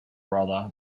brother